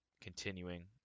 continuing